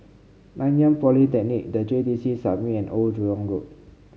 Nanyang Polytechnic The J T C Summit and Old Jurong Road